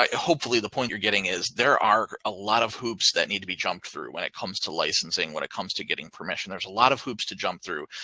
um hopefully, the point you're getting is there are a lot of hoops that need to be jumped through when it comes to licensing. when it comes to getting permission. there's a lot of hoops to jump through.